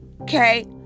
okay